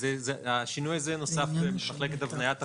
השינוי הזה נוסף במחלקת הבניית החקיקה.